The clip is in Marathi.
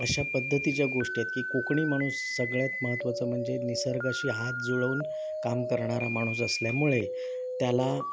अशा पद्धतीच्या गोष्टी आहेत की कोकणी माणूस सगळ्यात महत्वाचं म्हणजे निसर्गाशी हात जुळवून काम करणारा माणूस असल्यामुळे त्याला